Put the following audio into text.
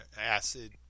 acid